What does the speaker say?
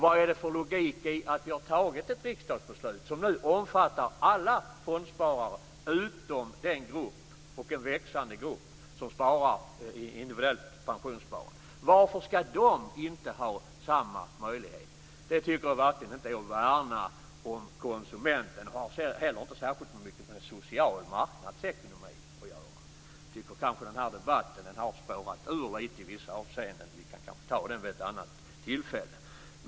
Vi har fattat ett riksdagsbeslut som nu omfattar alla fondsparare utom den växande grupp som sparar i individuellt pensionssparande. Vad är det för logik i det? Varför skall inte den gruppen ha samma möjlighet? Jag tycker verkligen inte att det här handlar om att man värnar konsumenten, och det har inte heller särskilt mycket med social marknadsekonomi att göra. Jag tycker att den här debatten har spårat ur i vissa avseenden. Vi kan kanske ta upp det här vid ett annat tillfälle.